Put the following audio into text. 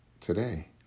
today